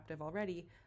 already